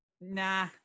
Nah